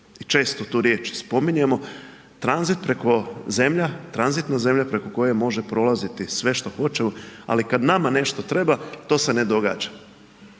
često tu riječ spominjemo, tranzit preko zemlja, tranzitna zemlja preko koje može prolaziti sve što hoćemo, ali kad nama nešto treba to se ne događa.